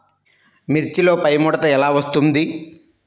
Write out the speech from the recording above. మిర్చిలో పైముడత ఎలా వస్తుంది?